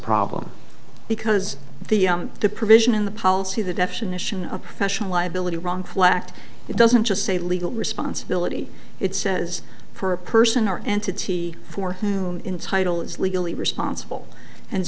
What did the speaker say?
problem because the the provision in the policy the definition of professional liability wrongful act it doesn't just say legal responsibility it says for a person or entity for whom entitle is legally responsible and